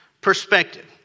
perspective